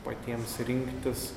patiems rinktis